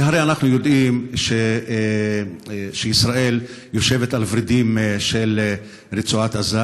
כי הרי אנחנו יודעים שישראל יושבת על ורידים של רצועת עזה,